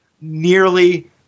nearly